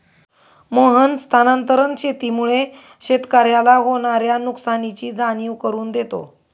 मोहन स्थानांतरण शेतीमुळे शेतकऱ्याला होणार्या नुकसानीची जाणीव करून देतो